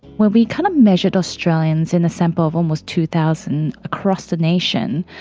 when we kind of measured australians in a sample of almost two thousand across the nation,